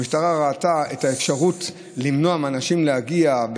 המשטרה ראתה את האפשרות למנוע מאנשים להגיע,